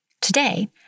Today